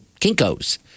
Kinko's